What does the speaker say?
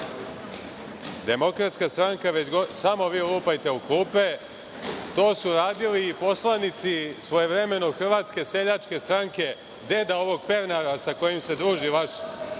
DJB lupaju o klupe.)Samo vi lupajte o klupe, to su radili i poslanici, svojevremeno, Hrvatske seljačke stranke, deda ovog Pernara, sa kojim se druži vaš